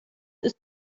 ist